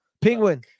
Penguin